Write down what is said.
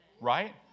Right